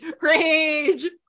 rage